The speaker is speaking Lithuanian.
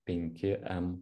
penki em